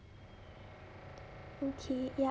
okay yup